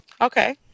Okay